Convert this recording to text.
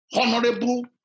honorable